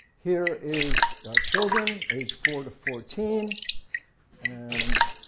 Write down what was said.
here is children age four to fourteen and